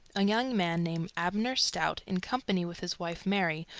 a young man named abner stout, in company with his wife mary,